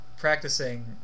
practicing